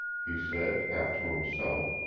he said, half to himself.